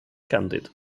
candid